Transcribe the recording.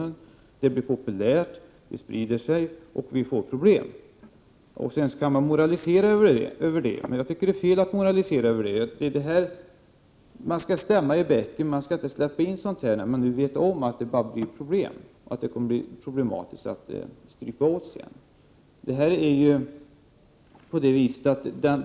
Det hela blir populärt och sprider sig, och vi får problem. Detta kan man moralisera över, men jag tycker det är fel att göra det. Vi skall stämma i bäcken och inte släppa igenom sådant här, när man vet att det bara blir problem och att det är svårt att strypa åt verksamheten efteråt.